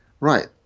right